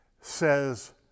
says